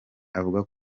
avuga